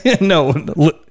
No